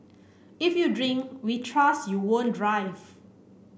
if you drink we trust you won't drive